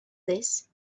this